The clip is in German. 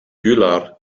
güllar